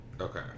Okay